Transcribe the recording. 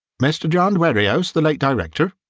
mr. john dwerrihouse, the late director?